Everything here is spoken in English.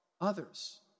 others